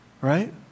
Right